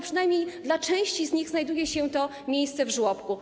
Przynajmniej dla części dzieci znajduje się miejsce w żłobku.